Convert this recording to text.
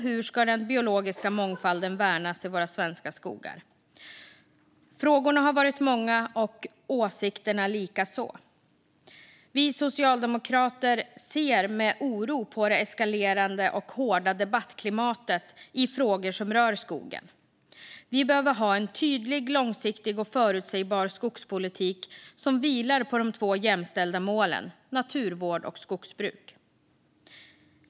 Hur ska den biologiska mångfalden värnas i våra svenska skogar? Frågorna har varit många och åsikterna likaså. Vi socialdemokrater ser med oro på det eskalerande och hårda debattklimatet i frågor som rör skogen. Vi behöver ha en tydlig, långsiktig och förutsägbar skogspolitik som vilar på de två jämställda målen naturvård och skogsbruk.